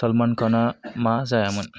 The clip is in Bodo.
सलमनखानआ मा जायामोन